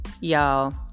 y'all